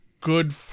good